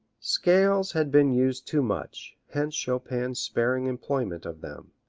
scales had been used too much, hence chopin's sparing employment of them.